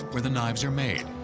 where the knives are made,